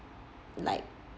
like